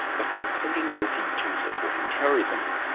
before pleading guilty to supporting terrorism.